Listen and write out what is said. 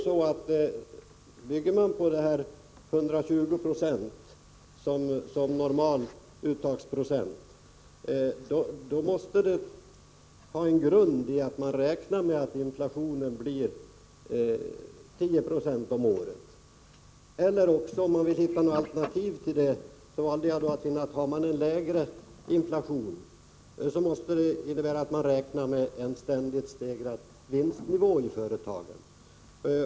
120 96 som normal uttagsprocent måste grunda sig på att man räknar med att inflationen blir 10 96 om året. Blir den lägre måste man räkna med en ständigt stegrad vinstnivå i företagen.